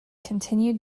continued